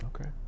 Okay